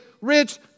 rich